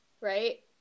right